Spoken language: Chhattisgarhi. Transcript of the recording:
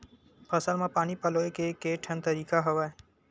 फसल म पानी पलोय के केठन तरीका हवय?